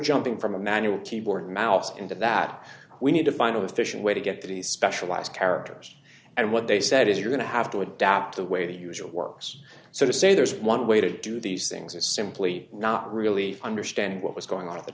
jumping from a manual keyboard mouse into that we need to find a efficient way to get these specialized characters and what they said is you're going to have to adapt the way the usual works so to say there's one way to do these things is simply not really understand what was going on at the